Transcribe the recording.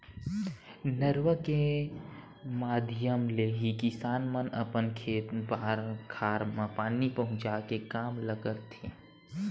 नरूवा के माधियम ले ही किसान मन अपन खेत खार म पानी पहुँचाय के काम ल करथे